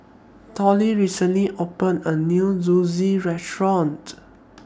Tollie recently opened A New Zosui Restaurant